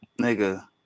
Nigga